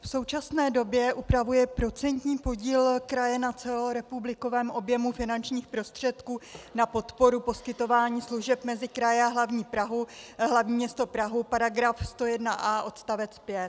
V současné době upravuje procentní podíl kraje na celorepublikovém objemu finančních prostředků na podporu poskytování služeb mezi kraje a hlavní město Prahu § 101a odst. 5.